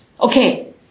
Okay